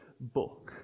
book